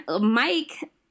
Mike